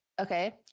okay